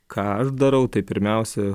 ką aš darau tai pirmiausia